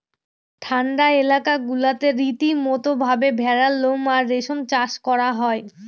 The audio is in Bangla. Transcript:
ঠান্ডা এলাকা গুলাতে রীতিমতো ভাবে ভেড়ার লোম আর রেশম চাষ করা হয়